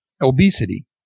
obesity